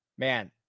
Man